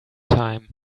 time